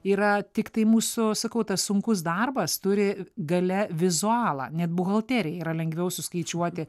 yra tiktai mūsų sakau tas sunkus darbas turi gale vizualą net buhalterijai yra lengviau suskaičiuoti